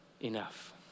enough